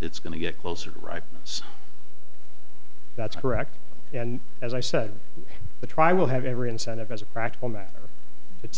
it's going to get closer to ripeness that's correct and as i said we try we'll have every incentive as a practical matter